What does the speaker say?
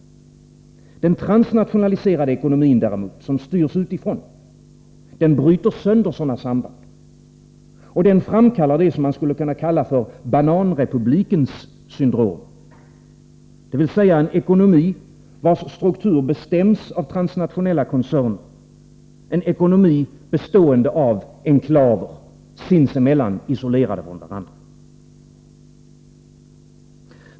Den transnationaliserade ekonomin däremot, som styrs gal utifrån, bryter sönder sådana samband. Den framkallar det som man skulle kunna kalla för ”bananrepublikens” syndrom. Det är en ekonomi vars struktur bestäms av transnationella koncerner, en ekonomi bestående av enklaver sinsemellan isolerade från varandra.